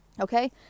Okay